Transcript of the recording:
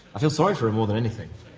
i feel sorry for her more than anything.